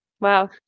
Wow